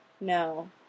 No